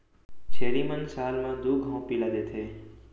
छेरी मन साल म दू घौं पिला देथे